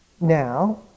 Now